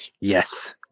Yes